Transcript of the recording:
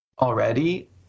already